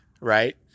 right